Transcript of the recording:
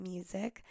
Music